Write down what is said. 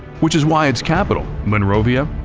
which is why its capital, monrovia,